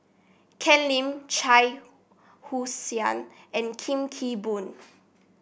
Ken Lim Shah Hussain and Kee Boon